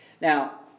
Now